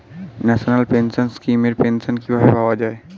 National pension scheme এর pension কিভাবে পাওয়া যায়?